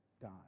die